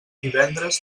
divendres